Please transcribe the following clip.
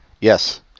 Yes